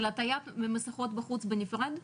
עטיית מסכות בחוץ בנפרד?